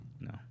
No